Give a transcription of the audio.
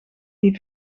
die